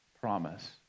promise